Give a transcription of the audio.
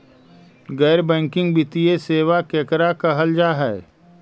गैर बैंकिंग वित्तीय सेबा केकरा कहल जा है?